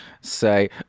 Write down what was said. say